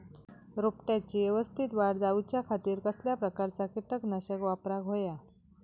रोपट्याची यवस्तित वाढ जाऊच्या खातीर कसल्या प्रकारचा किटकनाशक वापराक होया?